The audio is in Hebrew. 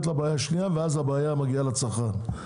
לבעיה השנייה ואז הבעיה מגיעה לצרכן.